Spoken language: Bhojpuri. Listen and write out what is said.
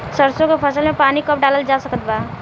सरसों के फसल में पानी कब डालल जा सकत बा?